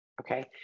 Okay